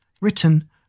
...written